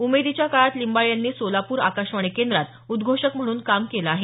उमेदीच्या काळात लिंबाळे यांनी सोलापूर आकाशवाणी केंद्रात उद्घोषक म्हणून काम केलं आहे